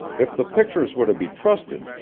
if the pictures were to be trusted,